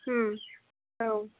औ